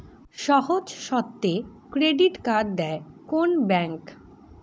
সহজ শর্তে credit card দেয় কোন ব্যাংক?